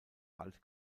bald